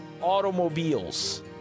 automobiles